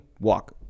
Walk